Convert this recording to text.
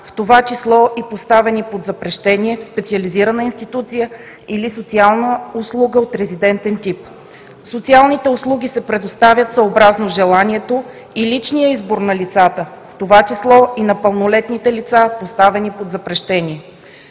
в това число и поставени под запрещение в специализирана институция или социална услуга от резидентен тип. Социалните услуги се предоставят съобразно желанието и личния избор на лицата, в това число и на пълнолетните лица, поставени под запрещение.